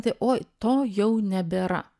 tai oj to jau nebėra